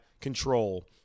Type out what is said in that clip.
control